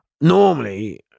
normally